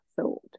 thought